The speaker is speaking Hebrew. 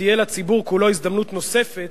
תהיה לציבור כולו הזדמנות נוספת